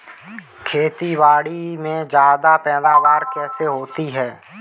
खेतीबाड़ी में ज्यादा पैदावार कैसे होती है?